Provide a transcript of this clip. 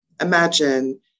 imagine